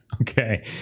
Okay